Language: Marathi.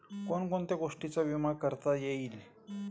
कोण कोणत्या गोष्टींचा विमा करता येईल?